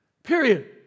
Period